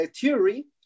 theory